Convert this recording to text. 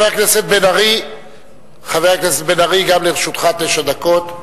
חבר הכנסת בן-ארי, גם לרשותך תשע דקות.